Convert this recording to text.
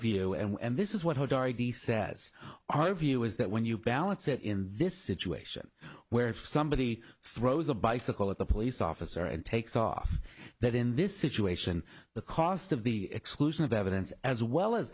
view and this is what has already says our view is that when you balance it in this situation where if somebody throws a bicycle at the police officer and takes off that in this situation the cost of the exclusion of evidence as well as